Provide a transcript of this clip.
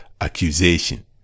accusation